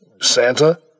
Santa